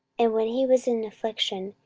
and when he was in affliction,